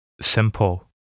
simple